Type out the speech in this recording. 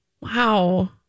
Wow